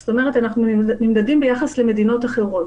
זאת אומרת אנחנו נמדדים ביחס למדינות אחרות.